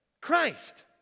Christ